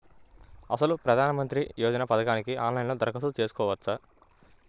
అసలు ప్రధాన మంత్రి యోజన పథకానికి ఆన్లైన్లో దరఖాస్తు చేసుకోవచ్చా?